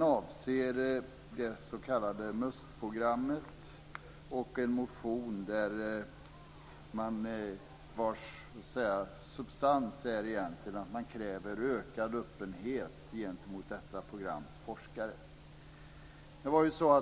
avseende det s.k. MUST programmet och en motion vars substans egentligen är att ökad öppenhet krävs gentemot detta programs forskare.